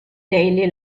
daily